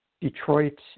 Detroit